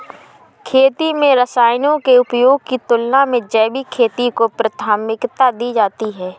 खेती में रसायनों के उपयोग की तुलना में जैविक खेती को प्राथमिकता दी जाती है